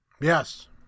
Yes